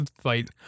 fight